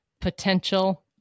potential